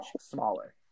smaller